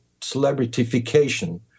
celebritification